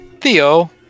Theo